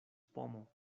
pomo